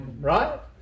right